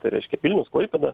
tai reiškia vilnius klaipėda